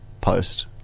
post